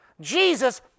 Jesus